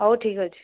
ହଉ ଠିକ୍ ଅଛି